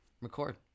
record